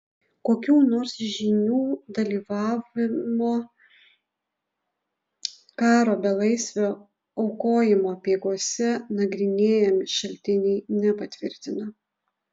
kokių nors žynių dalyvavimo karo belaisvio aukojimo apeigose nagrinėjami šaltiniai nepatvirtina